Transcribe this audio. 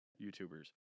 YouTubers